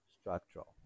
structural